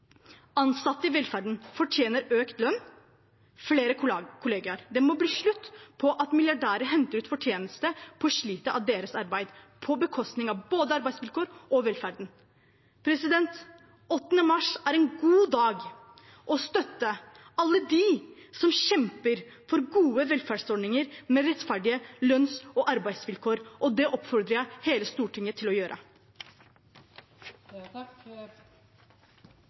Ansatte i velferden fortjener økt lønn og flere kollegaer. Det må bli slutt på at milliardærer henter ut fortjeneste på slitet av deres arbeid, på bekostning av både arbeidsvilkår og velferden. 8. mars er en god dag for å støtte alle de som kjemper for gode velferdsordninger med rettferdige lønns- og arbeidsvilkår, og det oppfordrer jeg hele Stortinget til å